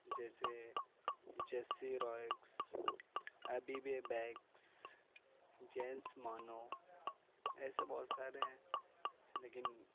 جیسے جیسّی روایگس ابیبے بیگس جیمس مانو ایسے بہت سارے ہیں لیکن